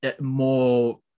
more